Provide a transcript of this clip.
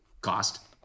cost